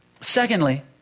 Secondly